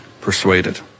persuaded